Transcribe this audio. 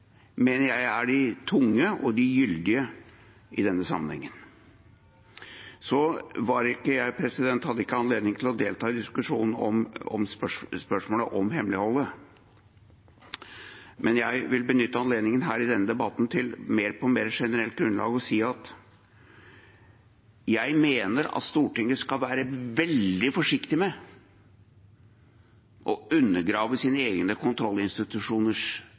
mener jeg er de tunge og de gyldige i denne sammenhengen. Jeg hadde ikke anledning til å delta i diskusjonen om spørsmålet om hemmeligholdet, men jeg vil benytte anledningen her i denne debatten til på mer generelt grunnlag å si at jeg mener at Stortinget skal være veldig forsiktig med å undergrave sine egne kontrollinstitusjoners